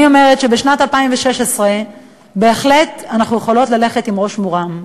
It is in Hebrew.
אני אומרת שבשנת 2016 בהחלט אנחנו יכולות ללכת בראש מורם.